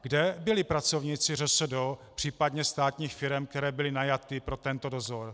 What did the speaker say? Kde byli pracovníci ŘSD, případně státních firem, které byly najaty pro tento dozor?